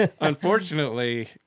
unfortunately